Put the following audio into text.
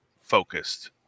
focused